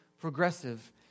progressive